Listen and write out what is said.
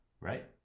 right